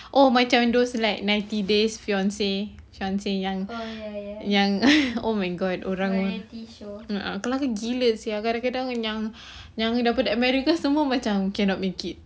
oh macam those like ninety days fiance fiance yang yang oh my god orang a'ah orang macam gila sia kadang-kadang yang yang daripada america semua macam cannot make it